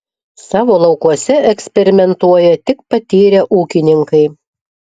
savo laukuose eksperimentuoja tik patyrę ūkininkai